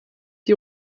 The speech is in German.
die